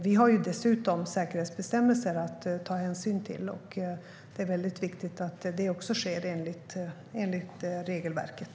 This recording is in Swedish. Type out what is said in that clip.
Vi har dessutom säkerhetsbestämmelser att ta hänsyn till, och det är väldigt viktigt att detta sker enligt regelverket.